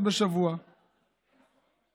שבזכותך בסופו של דבר יש הסכם נהדר